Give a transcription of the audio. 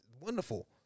Wonderful